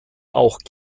auch